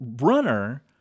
runner